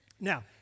Now